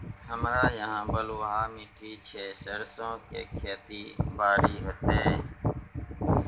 हमरा यहाँ बलूआ माटी छै सरसो के खेती बारी होते?